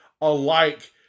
alike